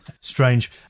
Strange